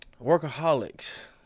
Workaholics